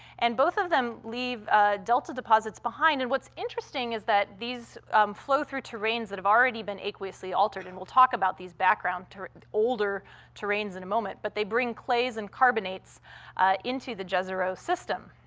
and both of them leave delta deposits behind, and what's interesting is that these flow through terrains that have already been aqueously altered, and we'll talk about these background, older terrains in a moment, but they bring clays and carbonates into the jezero system.